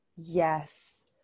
yes